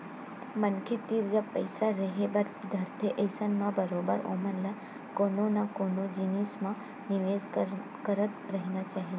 मनखे तीर जब पइसा रेहे बर धरथे अइसन म बरोबर ओमन ल कोनो न कोनो जिनिस म निवेस करत रहिना चाही